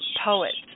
poets